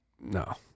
No